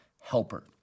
helper